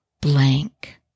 blank